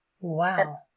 Wow